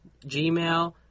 Gmail